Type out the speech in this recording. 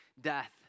death